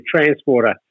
transporter